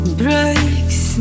breaks